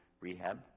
rehab